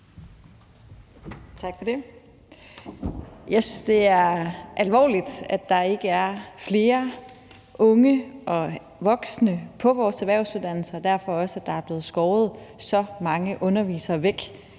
Tak for det. Yes, det er alvorligt, at der ikke er flere unge og voksne på vores erhvervsuddannelser, og at der derfor også er blevet skåret så mange undervisere væk,